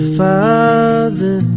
father